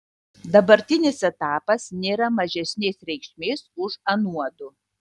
dabartinis etapas nėra mažesnės reikšmės už anuodu